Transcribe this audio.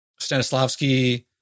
Stanislavski